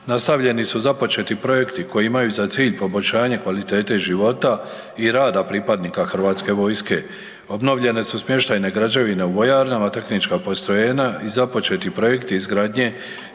nastavljeni su započeti projekti koji imaju za cilj poboljšanje kvalitete života i rada pripadnika Hrvatske vojske. Obnovljene su smještajne građevine u vojarnama, tehnička postrojenja i započeti projekti izgradnje